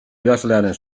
idazlearen